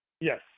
Yes